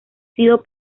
sido